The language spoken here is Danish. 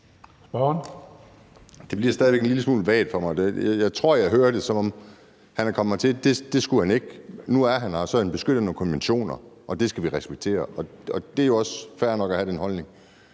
Det bliver stadig væk en lille smule vagt for mig. Jeg tror, at jeg hører det, som om han ikke skulle være kommet hertil; det skulle han ikke. Nu er han her, og så er han beskyttet af nogle konventioner, og det skal vi respektere. Det er jo også fair nok at have den holdning.